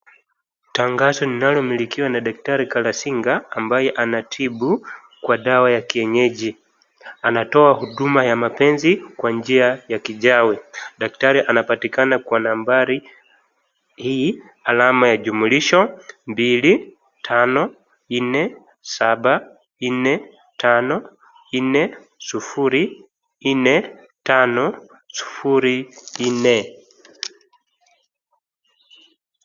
Tangazo linalomilikiwa na daktari Galazinga, ambyae anatibu kwa dawa ya kienyeji. Anatoa huduma ya mapenzi, kwa njia ya kichawi. Daktari anapatikana kwa nambari hii, alama ya jumlisho, mbili, tano, nnre, saba, nne, tano, nne, sufuri, nne, tano, sufuri, nne.